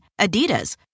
Adidas